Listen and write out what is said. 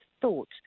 thought